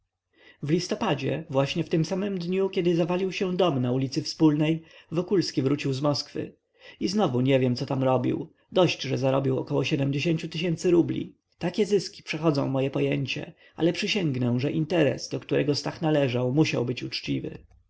w listopadzie właśnie w tym samym dniu kiedy zawalił się dom na ulicy wspólnej wokulski wrócił z moskwy i znowu nie wiem co tam robił dość że zarobił około ciu tysięcy rubli takie zyski przechodzą moje pojęcie ale przysięgnę że interes do którego stach należał musiał być uczciwy